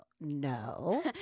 no